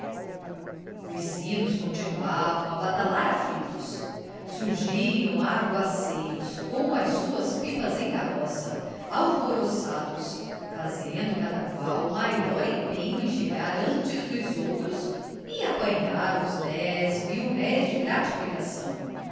os sinos continuavam a badalar aflitos surgiam aguadeiros com as suas pipas em carroça alvoroçados fazendo cada qual maior empenho em chegar antes dos outros e apanhar os dez mil-réis da gratificação